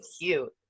cute